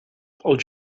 als